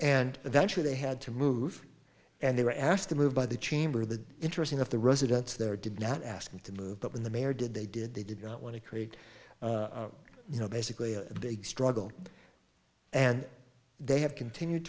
and eventually they had to move and they were asked to move by the chamber the interesting of the residents there did not ask them to move but when the mayor did they did they did not want to create you know basically they struggle and they have continued